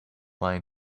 line